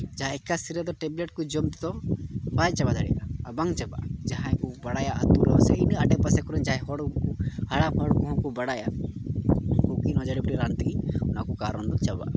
ᱡᱟᱦᱟᱸᱭ ᱮᱠᱟᱥᱤᱨᱟᱹ ᱫᱚ ᱴᱮᱵᱽᱞᱮᱹᱴ ᱠᱚ ᱡᱚᱢ ᱛᱮᱫᱚ ᱵᱟᱭ ᱪᱟᱵᱟ ᱫᱟᱲᱮᱭᱟᱜᱼᱟ ᱟᱨ ᱵᱟᱝ ᱪᱟᱵᱟᱜᱼᱟ ᱡᱟᱦᱟᱸᱭ ᱠᱚ ᱵᱟᱲᱟᱭᱟ ᱤᱱᱟᱹ ᱟᱰᱮ ᱯᱟᱥᱮ ᱠᱚᱨᱮᱱ ᱡᱟᱦᱟᱸᱭ ᱦᱚᱲ ᱦᱟᱲᱟᱢ ᱦᱚᱲ ᱠᱚᱦᱚᱸ ᱠᱚ ᱵᱟᱲᱟᱭᱟ ᱡᱟᱹᱲᱤᱵᱩᱴᱤ ᱨᱟᱱ ᱛᱮᱜᱮ ᱚᱱᱟ ᱠᱚ ᱠᱟᱨᱚᱱ ᱫᱚ ᱪᱟᱵᱟᱜᱼᱟ